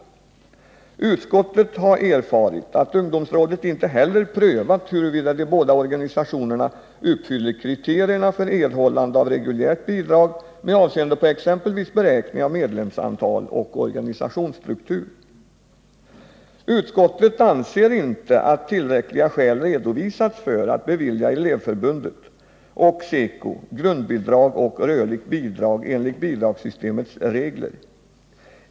Utskottet har erfarit att ungdomsrådet inte heller har prövat huruvida de båda organisationerna uppfyller kriterierna för erhållande av reguljärt bidrag med avseende på exempelvis beräkning av medlemsantal och organisationsstruktur. Utskottet anser inte att tillräckliga skäl redovisats för att bevilja Elevförbundet och Sveriges elevers centralorganisation grundbidrag och rörligt bidrag enligt bidragssystemets regler.